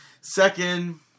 Second